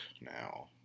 now